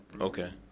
Okay